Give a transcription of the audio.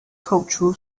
cultural